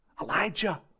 Elijah